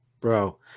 Bro